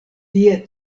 tie